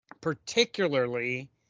Particularly